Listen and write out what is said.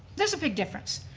there's a big difference.